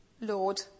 Lord